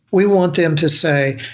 we want them to say,